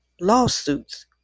lawsuits